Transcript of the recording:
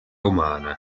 umana